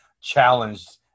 challenged